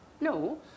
No